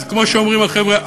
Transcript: כמו שאומרים החבר'ה,